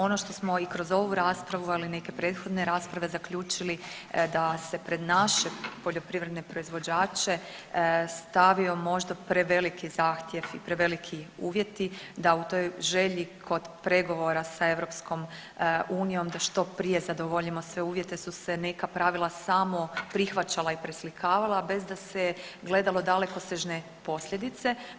Ono što smo i kroz ovu raspravu, ali i neke prethodne rasprave zaključili da se pred naše poljoprivredne proizvođače stavio možda preveliki zahtjev i preveliki uvjeti da u toj želji kod pregovora sa EU da što prije zadovoljimo sve uvjete su se neka pravila samo prihvaćala i preslikavala, a bez da se gledalo dalekosežne posljedice.